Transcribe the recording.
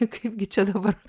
kaip gi čia dabar